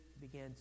began